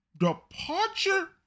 departure